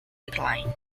decline